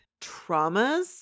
traumas